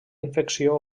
infecció